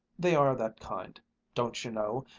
they are that kind don't you know,